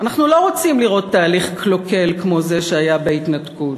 אנחנו לא רוצים לראות תהליך קלוקל כמו זה שהיה בהתנתקות.